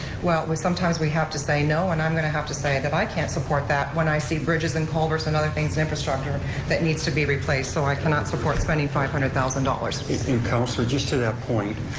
well, sometimes we have to say no, and i'm going to have to say that i can't support that when i see bridges and culverts and other things in infrastructure that needs to be replaced. so i cannot support spending five hundred thousand dollars. and councilor, just to that point,